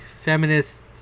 feminist